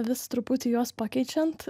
vis truputį juos pakeičiant